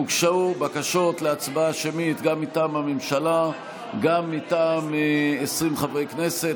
הוגשו בקשות להצבעה שמית גם מטעם הממשלה וגם מטעם 20 חברי כנסת,